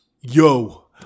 yo